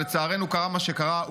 ולצערנו קרה מה שקרה,